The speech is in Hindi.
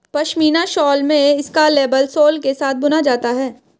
पश्मीना शॉल में इसका लेबल सोल के साथ बुना जाता है